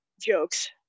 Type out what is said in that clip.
Jokes